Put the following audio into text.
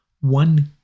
one